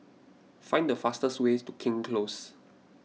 find the fastest ways to King's Close